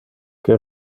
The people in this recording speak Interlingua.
que